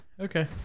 Okay